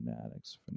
fanatics